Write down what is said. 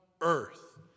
earth